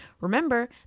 Remember